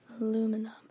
aluminum